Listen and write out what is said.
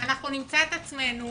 אנחנו נמצא את עצמנו